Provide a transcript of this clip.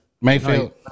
Mayfield